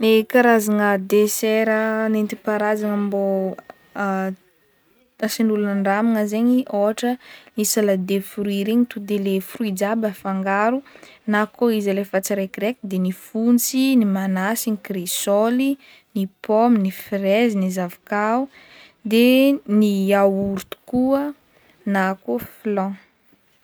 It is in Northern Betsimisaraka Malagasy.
Ny karazagna desera nentimpaharazagna mbô asain'olo andramagna zaigny ôhatra ny salade de fruit regny to de le fruit jiaby afangaro na koa izy alefa tsiraikiraiky de ny fontsy, ny manasy, ny kresôly, ny paoma, ny frezy, ny zavoka o, de ny yaourt koa na koa flan.